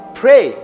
pray